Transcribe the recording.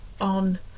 on